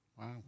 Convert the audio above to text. wow